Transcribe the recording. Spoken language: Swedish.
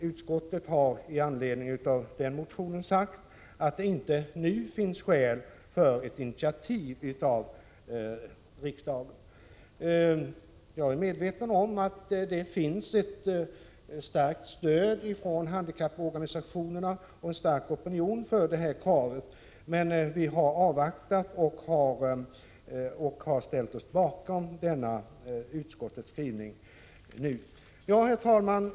Utskottet har med anledning av yrkandet sagt att det inte nu finns skäl för riksdagen att ta ett initiativ på det området. Det finns ett starkt stöd från handikapporganisationerna och en stark opinion för det kravet. Men vi har ställt oss bakom denna utskottets skrivning och avvaktar. Herr talman!